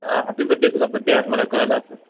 हा happy birthday तुझा birthday आहे आज मला कळलं असं